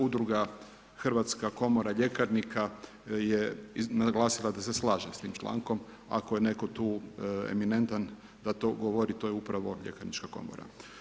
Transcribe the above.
Udruga Hrvatska komora ljekarnika je naglasila da se slaže s tim člankom, ako je netko tu eminentan da to govorit, to je upravo ljekarnička komora.